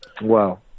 Wow